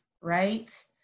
right